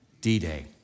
D-Day